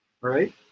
Right